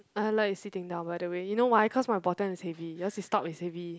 I like sitting down by the way you know why cause my bottom is heavy yours is top is heavy